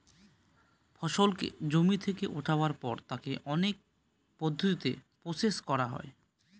ফসলকে জমি থেকে উঠাবার পর তাকে অনেক পদ্ধতিতে প্রসেস করা হয়